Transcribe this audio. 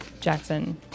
Jackson